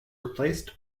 replaced